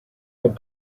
had